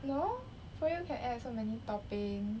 no froyo can add so many toppings